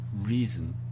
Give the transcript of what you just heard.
reason